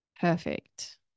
perfect